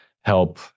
help